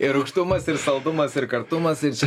ir rūgštumas ir saldumas ir kartumas ir čia